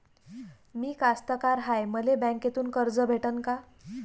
मी कास्तकार हाय, मले बँकेतून कर्ज भेटन का?